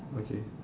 okay